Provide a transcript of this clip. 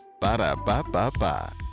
Ba-da-ba-ba-ba